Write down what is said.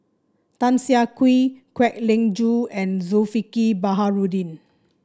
Tan Siah Kwee Kwek Leng Joo and Zulkifli Baharudin